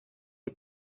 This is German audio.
die